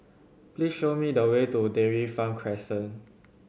please show me the way to Dairy Farm Crescent